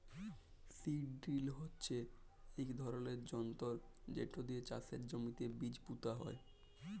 seed drill হচ্যে ইক ধরলের যনতর যেট দিয়ে চাষের জমিতে বীজ পুঁতা হয়